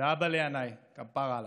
ואבא לינאי, כפרה עליו.